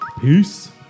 Peace